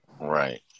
Right